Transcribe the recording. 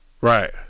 Right